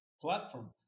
platform